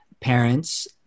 parents